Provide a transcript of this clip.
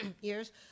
years